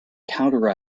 counter